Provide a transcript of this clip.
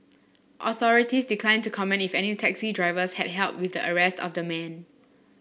authorities declined to comment if any taxi drivers had help with the arrest of the man